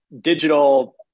digital